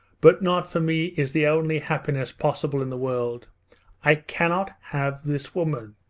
but not for me is the only happiness possible in the world i cannot have this woman!